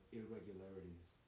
irregularities